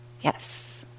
yes